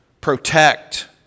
protect